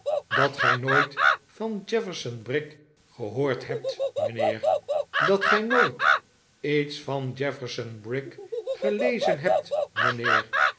dat gij nooit van jefferson brick gehoord hebt mijnheer dat gij nooit iets van jefferson brick gelezen hebt mijnheer